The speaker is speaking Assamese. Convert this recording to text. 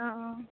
অঁ অঁ